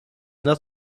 not